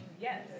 Yes